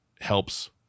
helps